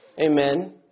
Amen